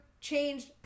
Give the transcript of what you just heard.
changed